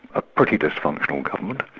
a pretty dysfunctional government